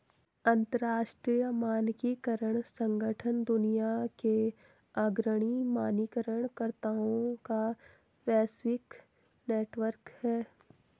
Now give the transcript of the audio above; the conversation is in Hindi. अंतर्राष्ट्रीय मानकीकरण संगठन दुनिया के अग्रणी मानकीकरण कर्ताओं का वैश्विक नेटवर्क है